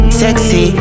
sexy